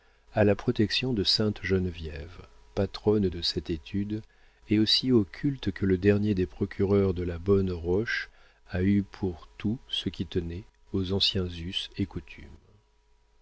à la protection de sainte geneviève patronne de cette étude et aussi au culte que le dernier des procureurs de la bonne roche a eu pour tout ce qui tenait aux anciens us et coutumes